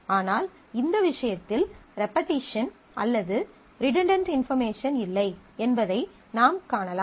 ஆனால் இந்த விஷயத்தில் ரெபெட்டிஷன் அல்லது ரிடன்டன்ட் இன்பார்மேஷன் இல்லை என்பதை நாம் காணலாம்